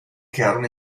quedaron